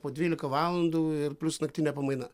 po dvylika valandų ir plius naktinė pamaina